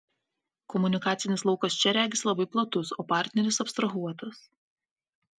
komunikacinis laukas čia regis labai platus o partneris abstrahuotas